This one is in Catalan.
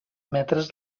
metres